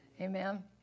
Amen